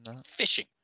Fishing